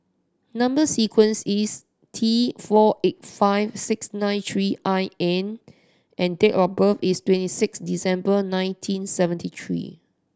number sequence is T four eight five six nine three I N and date of birth is twenty six December nineteen seventy three